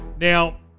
Now